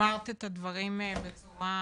אמרת את הדברים בצורה,